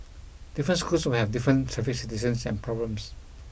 different schools will have different traffic situations and problems